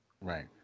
Right